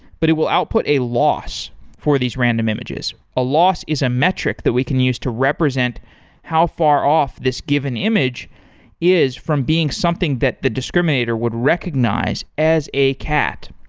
but it will output a loss for these random images. a loss is a metric that we can use to represent how far off this given image is from being something that the discriminator would recognize as a cat.